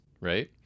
right